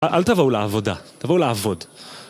א-אל תבואו לעבודה, תבואו לעבוד.